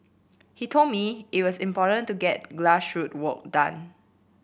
he told me it was important to get grassroot work done